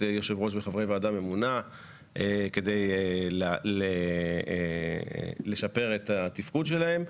יושב ראש וחברי ועדה ממונה כדי לשפר את התפקוד שלהם,